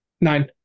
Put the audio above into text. Nine